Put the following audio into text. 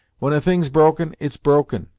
when a thing's broken, it's broken,